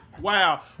Wow